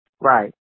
Right